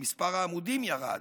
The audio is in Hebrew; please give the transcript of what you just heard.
מספר העמודים ירד,